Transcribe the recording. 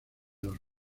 los